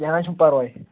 کیٚنٛہہ نہٕ حظ چھُنہٕ پرواے